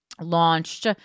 launched